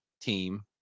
team